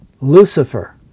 Lucifer